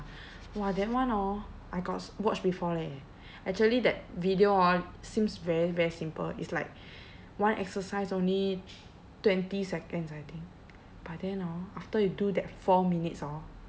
!wah! that one hor I got s~ watch before leh actually that video hor seems very very simple it's like one exercise only twenty seconds I think but then hor after you do that four minutes hor